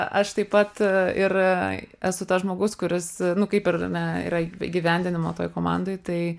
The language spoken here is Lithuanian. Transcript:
aš taip pat ir esu tas žmogus kuris nu kaip ir ar ne yra įgyvendinimo toj komandoj tai